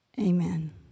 Amen